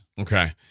Okay